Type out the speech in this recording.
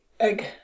Egg